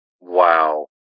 Wow